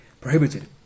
prohibited